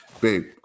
babe